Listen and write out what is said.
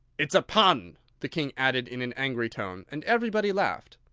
it's a pun! the king added in an angry tone, and everybody laughed.